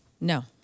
No